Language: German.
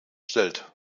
stellt